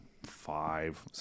five